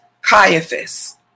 Caiaphas